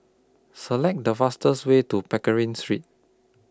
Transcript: Select The fastest Way to Pickering Street